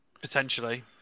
Potentially